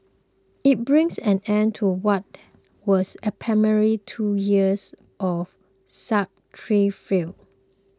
it brings an end to what was apparently two years of